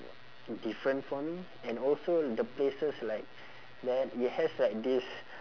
different for me and also the places like there it has like this